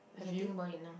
you can think about it now